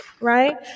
right